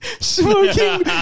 Smoking